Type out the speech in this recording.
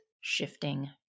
shifting